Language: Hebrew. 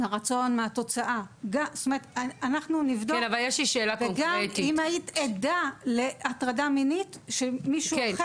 הרצון מהתוצאה; וגם אם היית עדה להטרדה מינית של מישהו אחר.